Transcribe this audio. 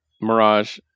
Mirage